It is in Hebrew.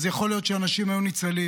אז יכול להיות שאנשים היו ניצלים.